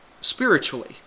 spiritually